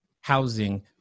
housing